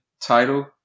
title